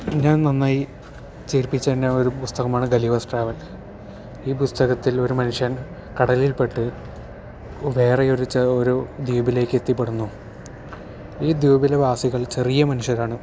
ഞാൻ നന്നായി ചിരിപ്പിച്ച എന്നെ ഒരു പുസ്തകമാണ് ഗലിവേഴ്സ് ട്രാവൽ ഈ പുസ്തകത്തിൽ ഒരു മനുഷ്യൻ കടലിൽ പെട്ട് വേറെ ഒരു ചെ ഒരു ദ്വീപിലേക്ക് എത്തിപ്പെടുന്നു ഈ ദ്വീപിലെ വാസികൾ ചെറിയ മനുഷ്യരാണ്